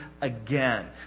again